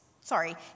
sorry